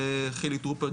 חילי טרופר,